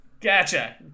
Gotcha